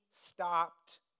stopped